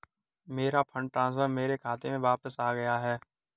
मेरा fund transfer मेरे खाते में वापस आ गया है